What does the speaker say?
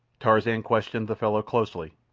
tarzan questioned the fellow closely,